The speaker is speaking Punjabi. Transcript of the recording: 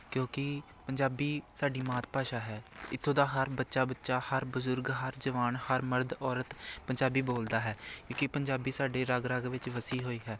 ਕਿਉਂਕਿ ਪੰਜਾਬੀ ਸਾਡੀ ਮਾਤ ਭਾਸ਼ਾ ਹੈ ਇੱਥੋਂ ਦਾ ਹਰ ਬੱਚਾ ਬੱਚਾ ਹਰ ਬਜ਼ੁਰਗ ਹਰ ਜਵਾਨ ਹਰ ਮਰਦ ਔਰਤ ਪੰਜਾਬੀ ਬੋਲਦਾ ਹੈ ਕਿਉਂਕਿ ਪੰਜਾਬੀ ਸਾਡੇ ਰਗ ਰਗ ਵਿੱਚ ਵਸੀ ਹੋਈ ਹੈ